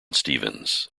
stevens